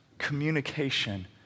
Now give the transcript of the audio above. communication